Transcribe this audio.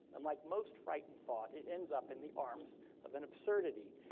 and like most frightened thought, it ends up in the arms of an absurdity.